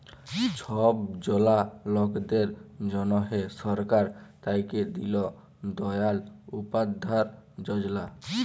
ছব জলা লকদের জ্যনহে সরকার থ্যাইকে দিল দয়াল উপাধ্যায় যজলা